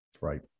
Right